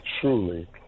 truly